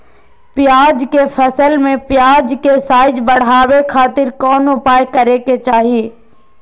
प्याज के फसल में प्याज के साइज बढ़ावे खातिर कौन उपाय करे के चाही?